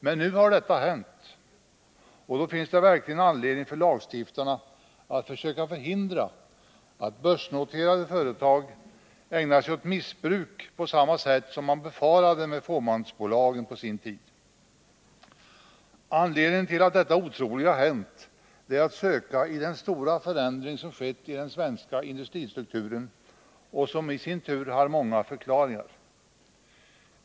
Men nu har detta hänt, och då finns det verkligen anledning för lagstiftarna att försöka förhindra att börsnoterade företag ägnar sig åt sådant missbruk som man på sin tid befarade när det gällde fåmansbolagen. Anledningen till att detta otroliga har hänt är att söka i den stora förändring som skett i den 21 svenska industristrukturen och som i sin tur har många förklaringar.